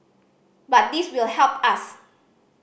but this will help us